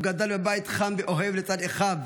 הוא גדל בבית חם ואוהב לצד אחיו: